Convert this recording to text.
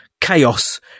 chaos